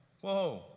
Whoa